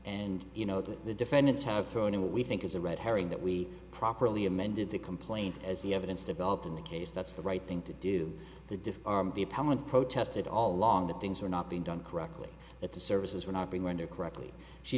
and you know that the defendants have thrown in what we think is a red herring that we properly amended the complaint as the evidence developed in the case that's the right thing to do the diff the appellant protested all along that things were not being done correctly that the services were not being rendered correctly she